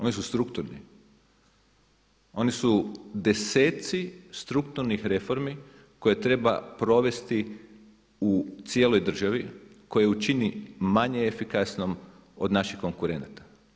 Oni su strukturni, oni su deseci strukturnih reformi koje treba provesti u cijeloj državi koju čini manje efikasnom od naših konkurenata.